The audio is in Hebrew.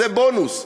זה בונוס,